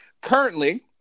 Currently